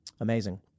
Amazing